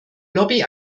lobby